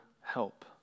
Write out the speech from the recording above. help